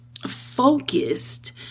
focused